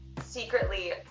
secretly